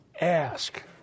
Ask